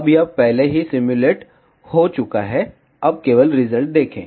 अब यह पहले ही सिम्युलेट हो चुका है अब केवल रिजल्ट देखें